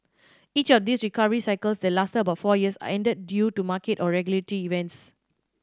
each of these recovery cycles that lasted about four years and ended due to market or regulatory events